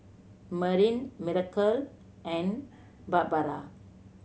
Marin Miracle and Barbara